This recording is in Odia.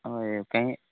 ହଏ ଆଉ କାଇଁ